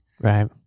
Right